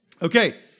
Okay